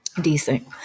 decent